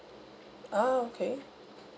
ah okay